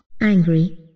Angry